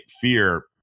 fear